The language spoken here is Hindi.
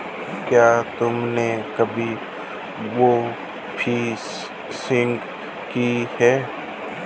क्या तुमने कभी बोफिशिंग की है?